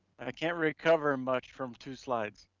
i can't recover much from two slides,